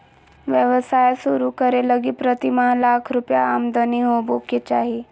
व्यवसाय शुरू करे लगी प्रतिमाह लाख रुपया आमदनी होबो के चाही